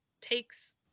takes